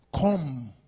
Come